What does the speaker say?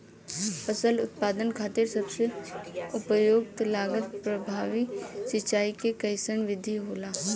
फसल उत्पादन खातिर सबसे उपयुक्त लागत प्रभावी सिंचाई के कइसन विधि होला?